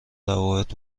روابط